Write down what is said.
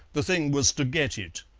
the thing was to get it.